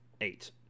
eight